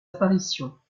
apparitions